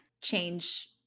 change